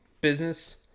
business